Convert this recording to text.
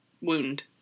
wound